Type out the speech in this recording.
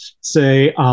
say